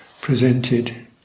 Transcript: presented